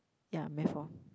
ya Math orh